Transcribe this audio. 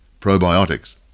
probiotics